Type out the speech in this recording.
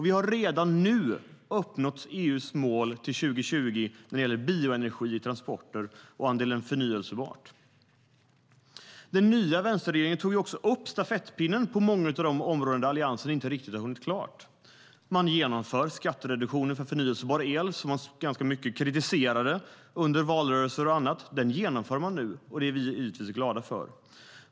Vi har redan nu uppnått EU:s mål för 2020 när det gäller bioenergi i transporter och andelen förnybart. Den nya vänsterregeringen tog upp stafettpinnen på många av de områden där Alliansen inte riktigt hade hunnit klart. Skattereduktionen för förnybar el, som man kritiserade ganska kraftigt under valrörelser och annat, genomför man nu, vilket vi givetvis är glada för.